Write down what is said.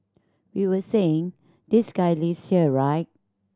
we were saying this guy lives here right